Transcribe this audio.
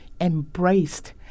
Embraced